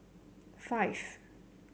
five